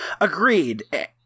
Agreed